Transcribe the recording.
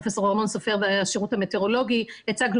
פרופ' ארנון סופר והשירות המטאורולוגי הצגנו